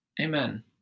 Amen